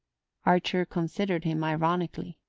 archer considered him ironically.